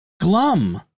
glum